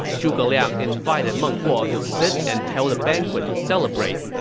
zhuge liang invited meng huo to sit and held a banquet to celebrate.